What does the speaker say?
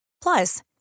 Plus